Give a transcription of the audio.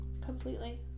completely